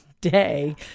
day